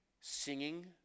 singing